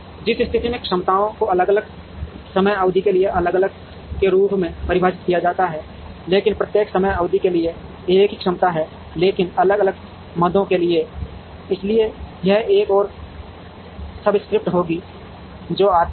जिस स्थिति में क्षमताओं को अलग अलग समय अवधि के लिए अलग अलग के रूप में परिभाषित किया जा सकता है लेकिन प्रत्येक समय अवधि के लिए एक ही क्षमता है लेकिन अलग अलग मदों के लिए इसलिए यह एक और सबस्क्रिप्ट होगी जो आती है